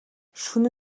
шөнө